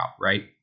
right